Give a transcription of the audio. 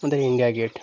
আমাদের India gate